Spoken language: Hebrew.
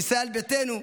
ישראל ביתנו,